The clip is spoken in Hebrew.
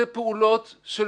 הן פעולות של